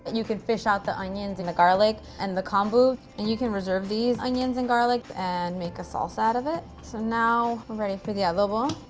you can fish out the onions and the garlic and the kombu, and you can reserve these onions and garlic and make a salsa out of it. so now i'm ready for the ah adobo.